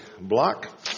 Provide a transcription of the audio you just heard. Block